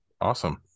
awesome